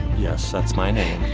yes, that's my name.